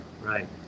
right